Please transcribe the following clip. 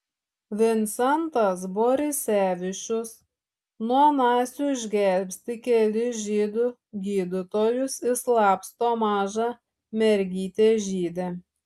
vincentas borisevičius nuo nacių išgelbsti kelis žydų gydytojus išslapsto mažą mergytę žydę